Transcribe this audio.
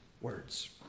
words